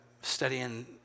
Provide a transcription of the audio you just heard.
studying